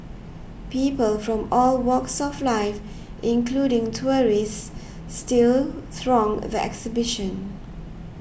people from all walks of life including tourists still throng the exhibition